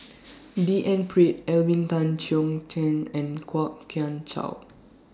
D N Pritt Alvin Tan Cheong Kheng and Kwok Kian Chow